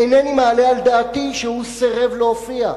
אינני מעלה על דעתי שהוא סירב להופיע.